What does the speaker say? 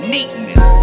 Neatness